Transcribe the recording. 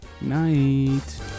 Night